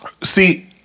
See